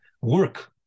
work